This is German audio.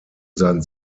sein